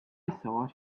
thought